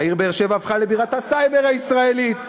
העיר באר-שבע הפכה לבירת הסייבר הישראלית.